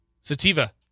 Sativa